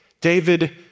David